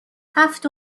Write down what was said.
هفت